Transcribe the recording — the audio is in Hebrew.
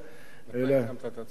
מתי הקמת את הצוות?